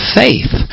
faith